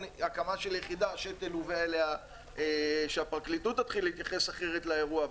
הקמה של יחידה שהפרקליטות תתחיל להתייחס אחרת לאירוע.